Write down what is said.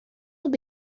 will